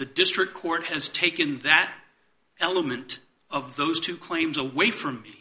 the district court has taken that element of those two claims away from me